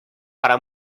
para